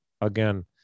again